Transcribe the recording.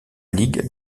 ligue